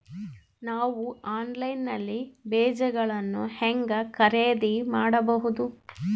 ನಾವು ಆನ್ಲೈನ್ ನಲ್ಲಿ ಬೇಜಗಳನ್ನು ಹೆಂಗ ಖರೇದಿ ಮಾಡಬಹುದು?